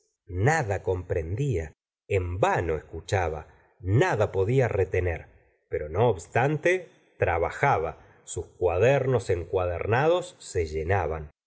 nada comprendía en vano escuchaba nada podía retener pero no obstante trabajaba sus cuadernos encuadernados se llenaban